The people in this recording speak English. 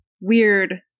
weird